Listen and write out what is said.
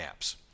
apps